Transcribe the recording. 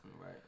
Right